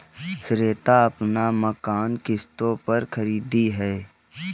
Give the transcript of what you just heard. श्वेता अपना मकान किश्तों पर खरीदी है